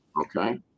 Okay